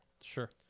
Sure